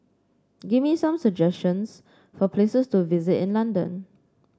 give me some suggestions for places to visit in London